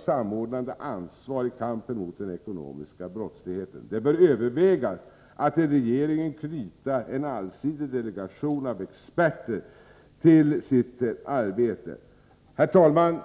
samordnande ansvar i kampen mot den ekonomiska brottsligheten. Regeringen bör överväga att till sitt arbete knyta en allsidig delegation av experter. Herr talman!